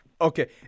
Okay